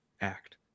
act